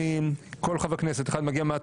-- ככלל, לכולם אותה הבעיה.